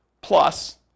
Plus